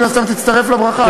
מן הסתם תצטרף לברכה,